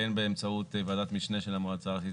בין באמצעות ועדת משנה של המועצה הארצית